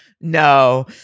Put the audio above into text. No